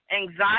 anxiety